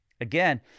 Again